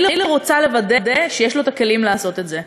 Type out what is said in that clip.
אני רוצה לוודא שיש לו הכלים לעשות את זה,